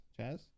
Chaz